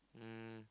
um